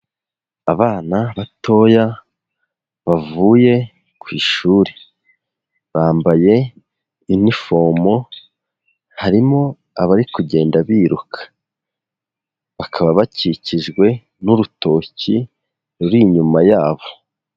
Abana batoya bavuye ku ishuri, bambaye inifomo, harimo abari kugenda biruka, bakaba bakikijwe n'urutoki ruri inyuma yabo.